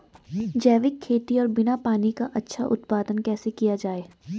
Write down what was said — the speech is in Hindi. जैविक खेती और बिना पानी का अच्छा उत्पादन कैसे किया जाए?